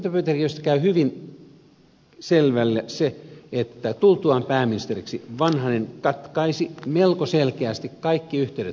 esitutkintapöytäkirjoista käy hyvin selville että tultuaan pääministeriksi vanhanen katkaisi melko selkeästi kaikki yhteydet nuorisosäätiöön